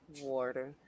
Water